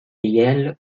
yale